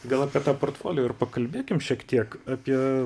gal apie tą portfolio ir pakalbėkim šiek tiek apie